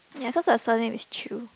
yes cause her surname is Chew